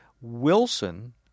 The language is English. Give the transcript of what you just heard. Wilson